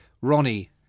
Ronnie